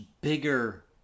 bigger